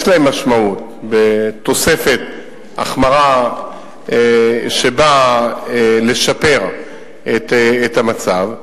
יש להם משמעות בתוספת החמרה שבאה לשפר את המצב.